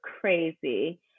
crazy